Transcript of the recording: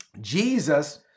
Jesus